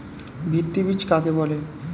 ভিত্তি বীজ কাকে বলে?